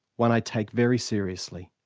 one i take very seriously.